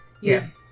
Yes